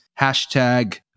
hashtag